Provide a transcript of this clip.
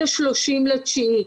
ה-30.9.